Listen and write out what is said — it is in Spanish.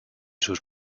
sus